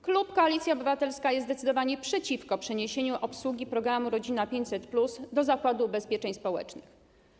Klub Koalicja Obywatelska jest zdecydowanie przeciwko przeniesieniu obsługi programu „Rodzina 500+” do Zakładu Ubezpieczeń Społecznych.